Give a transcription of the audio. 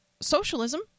socialism